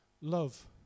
love